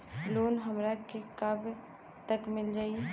Loan हमरा के कब तक मिल जाई?